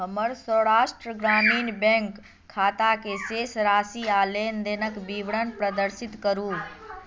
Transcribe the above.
हमर सौराष्ट्र ग्रामीण बैंक खाताकेँ शेष राशि आ लेन देनक विवरण प्रदर्शित करू